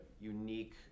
unique